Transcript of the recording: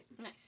nice